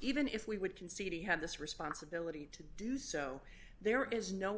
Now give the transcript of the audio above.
even if we would concede he had this responsibility to do so there is no